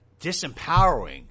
disempowering